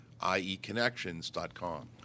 ieconnections.com